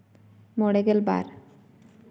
ᱢᱚᱬᱮ ᱜᱮᱞᱵᱟᱨ